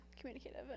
communicative